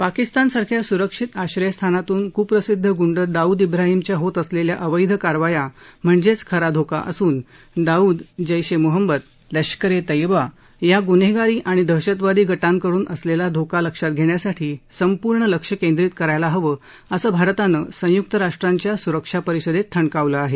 पाकिस्तान सारख्या सुरक्षित आश्रयस्थानातून कुप्रसिद्ध गुंड दाऊद इब्राहिमच्या होत असलेल्या अवैध कारवाया म्हणजे खरा धोका असून दाऊद जेश ए मोहम्मद लष्कर ए तैय्यबा या गुन्हेगारी आणि दहशतवादी गटांकडून असलेला धोका लक्षात घेण्यासाठी संपूर्ण लक्ष केंद्रित करायला हवं असं भारतानं संयुक राष्ट्रांच्या सुरक्षा परिषदेत ठणकावलं आहे